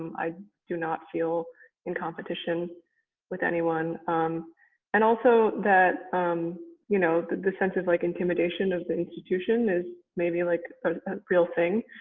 i do not feel in competition with anyone and also that um you know the the sense of like intimidation of the institution is maybe like a real thing